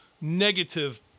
negative